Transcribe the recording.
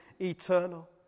eternal